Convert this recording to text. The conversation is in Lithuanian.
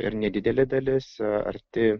ir nedidelė dalis arti